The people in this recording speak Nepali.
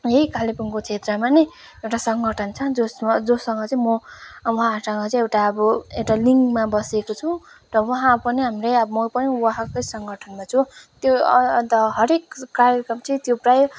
है कालिम्पोङको क्षेत्रमा नि एउटा सङ्गठन छ जोसग जोसँग चाहिँ म उहाँहरूसँग चाहिँ एउटा अब एउटा लिङ्कमा बसेको छु र उहाँ पनि हाम्रै म पनि उहाँकै सङ्गठनमा छु त्यो अन्त हरेक कार्यक्रम चाहिँ त्यो प्राय